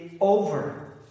over